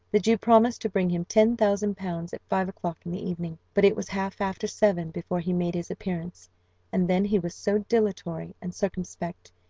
the jew promised to bring him ten thousand pounds at five o'clock in the evening, but it was half after seven before he made his appearance and then he was so dilatory and circumspect,